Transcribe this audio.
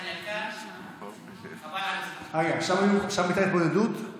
שליט"א כתב כך: מן הראוי להידבר עם הרבנים